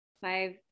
five